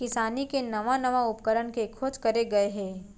किसानी के नवा नवा उपकरन के खोज करे गए हे